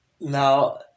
now